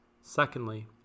secondly